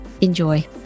Enjoy